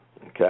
okay